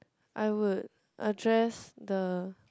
I would address the